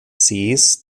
sees